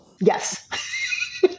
Yes